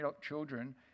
children